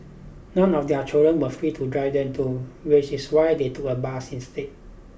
none of their children were free to drive them too which is why they took a bus instead